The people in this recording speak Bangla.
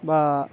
বা